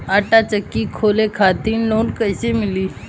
आटा चक्की खोले खातिर लोन कैसे मिली?